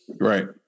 Right